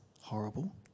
horrible